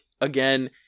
again